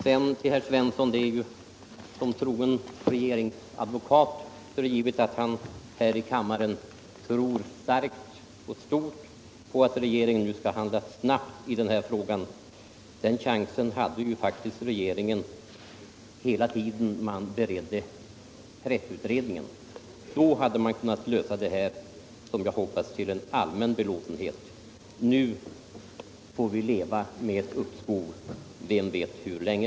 Sedan vill jag till herr Svensson i Eskilstuna säga att det är givet att han — som trogen regeringsadvokat — tror starkt på att regeringen skall handla snabbt i den här frågan. Den chansen hade ju faktiskt regeringen hela tiden då man beredde pressutredningen. Då hade man kunnat lösa detta till allmän belåtenhet. Nu får vi leva med ett uppskov — vem vet hur länge?